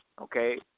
okay